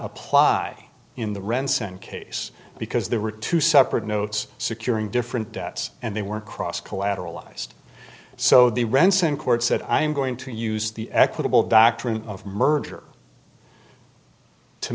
apply in the rents and case because there were two separate notes securing different debts and they were cross collateralized so the rents in court said i'm going to use the equitable doctrine of merger to